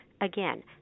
Again